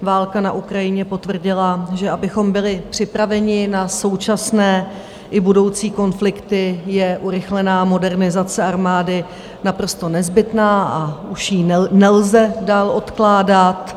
Válka na Ukrajině potvrdila, že abychom byli připraveni na současné i budoucí konflikty, je urychlená modernizace armády naprosto nezbytná a už ji nelze dál odkládat.